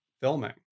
filming